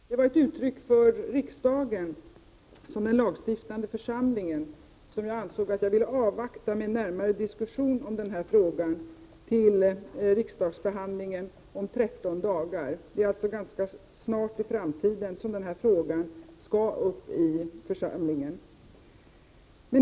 Herr talman! Det var ett uttryck för min respekt för riksdagen som den lagstiftande församlingen, att jag ansåg att jag vill avvakta med närmare diskussion i denna fråga till riksdagsbehandlingen om 13 dagar. Det är alltså ganska snart som frågan skall tas upp av denna församling.